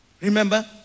Remember